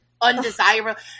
undesirable